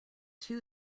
two